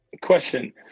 question